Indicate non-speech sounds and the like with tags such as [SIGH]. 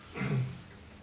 [COUGHS]